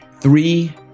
three